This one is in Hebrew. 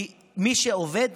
כי מי שעובד